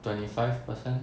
twenty five percent